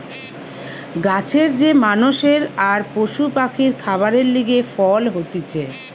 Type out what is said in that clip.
গাছের যে মানষের আর পশু পাখির খাবারের লিগে ফল হতিছে